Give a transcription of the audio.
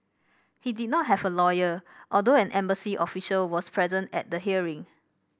he did not have a lawyer although an embassy official was present at the hearing